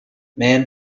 man